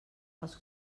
els